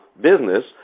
business